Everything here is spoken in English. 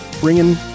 bringing